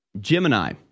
Gemini